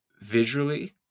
visually